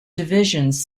divisions